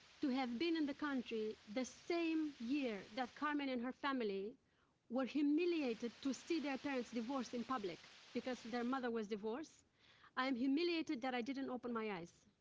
to have been in the country the same year that carmen and her family were humiliated to see their parents divorce in public, because their mother was divorce i'm humiliated that i didn't open my eyes.